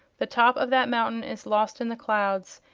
the top of that mountain is lost in the clouds,